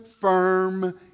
firm